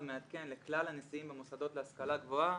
מעדכן לכלל הנשיאים במוסדות להשכלה גבוהה